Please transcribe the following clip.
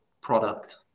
product